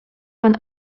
pan